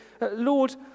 Lord